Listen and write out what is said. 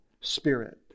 spirit